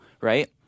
right